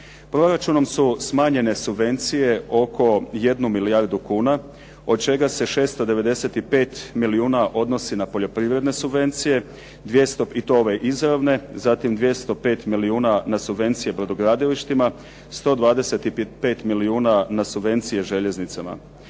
Proračunom su smanjene subvencije oko 1 milijardu kuna, od čega se 695 milijuna odnosi na poljoprivredne subvencije i to ove izravne, zatim 205 milijuna na subvencije brodogradilištima, 125 milijuna na subvencije željeznicama.